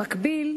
במקביל,